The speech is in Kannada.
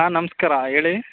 ಹಾಂ ನಮ್ಸ್ಕಾರ ಹೇಳಿ